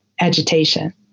agitation